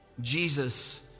Jesus